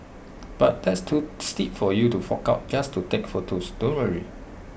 but that's too steep for you to fork out just to take photos don't worry